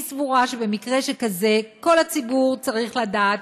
אני סבורה שבמקרה שכזה כל הציבור צריך לדעת,